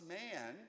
man